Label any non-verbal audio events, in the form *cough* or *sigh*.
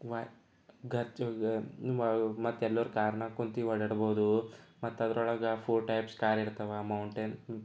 Y *unintelligible* ಮತ್ತೆ ಎಲ್ಲರೂ ಕಾರ್ನಾಗೆ ಕೂತು ಓಡಾಡ್ಬೋದು ಮತ್ತದರೊಳಗೆ ಫೋರ್ ಟೆಪ್ಸ್ ಕಾರ್ ಇರ್ತವೆ ಮೌಂಟೆನ್